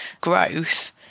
growth